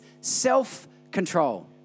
self-control